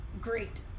great